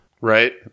Right